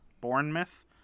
Bournemouth